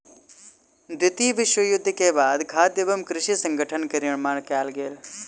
द्वितीय विश्व युद्ध के बाद खाद्य एवं कृषि संगठन के निर्माण कयल गेल